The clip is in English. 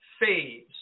phase